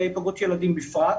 והיפגעות ילדים בפרט.